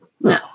No